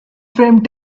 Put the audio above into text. framed